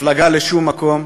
הפלגה לשום מקום,